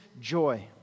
joy